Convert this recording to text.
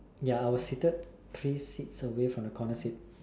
ya I was sited three sits away from the corner sit